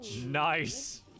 Nice